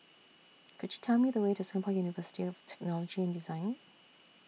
Could YOU Tell Me The Way to Singapore University of Technology and Design